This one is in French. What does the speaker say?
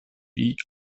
prix